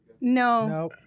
No